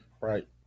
Right